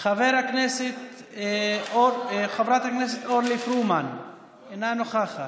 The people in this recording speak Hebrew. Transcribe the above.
חברת הכנסת אורלי פרומן, אינה נוכחת,